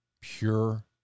pure